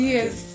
Yes